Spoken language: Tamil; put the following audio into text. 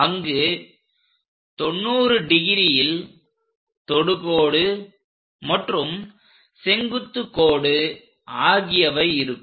அங்கு 90°ல் தொடுகோடு மற்றும் செங்குத்துகோடு ஆகியவை இருக்கும்